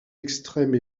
extrême